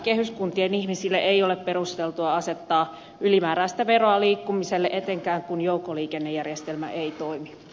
kehyskuntien ihmisille ei ole perusteltua asettaa ylimääräistä veroa liikkumiselle etenkään kun joukkoliikennejärjestelmä ei toimi